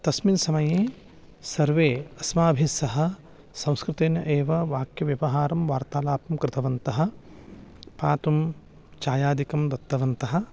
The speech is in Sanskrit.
तस्मिन् समये सर्वे अस्माभिस्सह संस्कृतेन एव वाक्यव्यवहारं वार्तालापं कृतवन्तः पातुं चायादिकं दत्तवन्तः